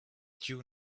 due